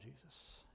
Jesus